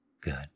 Good